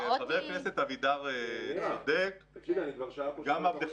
הנה עכשיו סיימתם, כל הכבוד